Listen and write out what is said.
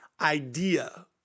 idea